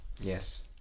Yes